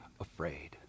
afraid